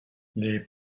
les